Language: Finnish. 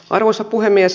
arvoisa puhemies